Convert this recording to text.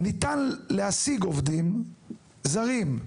ניתן להשיג עובדים זרים,